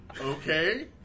okay